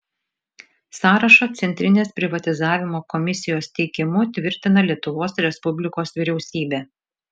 sąrašą centrinės privatizavimo komisijos teikimu tvirtina lietuvos respublikos vyriausybė